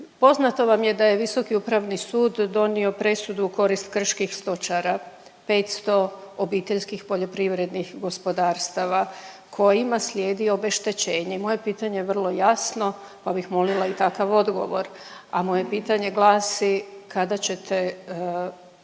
Poznato vam je da je Visoki upravni sud donio presudu u korist krčkih stočara, 500 obiteljskih poljoprivrednih gospodarstava kojima slijedi obeštećenje. Moje pitanje je vrlo jasno pa bih molila i takav odgovor, a moje pitanje glasi kada ćete